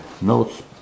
notes